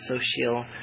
social